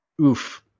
oof